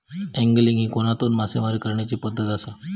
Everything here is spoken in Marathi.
अँगलिंग ही कोनातून मासेमारी करण्याची पद्धत आसा